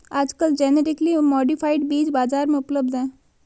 आजकल genetically modified बीज बाजार में उपलब्ध है